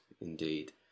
indeed